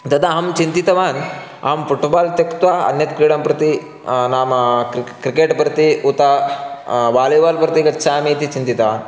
तदा अहं चिन्तितवान् अहं फ़ुट्बाल् त्यक्त्वा अन्यत् क्रीडां प्रति नाम क्रि क्रिकेट् प्रति उत वालिबाल् प्रति गच्छामीति चिन्तितवान्